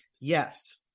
Yes